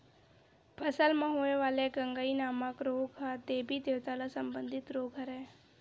फसल म होय वाले गंगई नामक रोग ह देबी देवता ले संबंधित रोग हरय